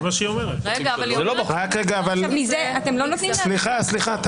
(קריאות) סליחה עמית.